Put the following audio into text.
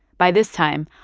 by this time,